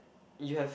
you have